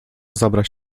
zabrać